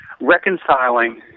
reconciling